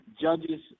Judges